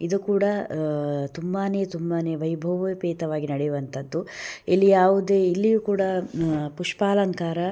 ಇದು ಕೂಡ ತುಂಬಾ ತುಂಬಾ ವೈಭವೋಪೇತವಾಗಿ ನಡೆಯುವಂಥದು ಇಲ್ಲಿ ಯಾವುದೆ ಇಲ್ಲಿಯೂ ಕೂಡ ಪುಷ್ಪಾಲಂಕಾರ